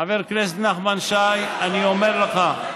חבר הכנסת נחמן שי, אני אומר לך,